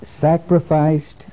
sacrificed